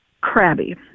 crabby